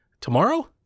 tomorrow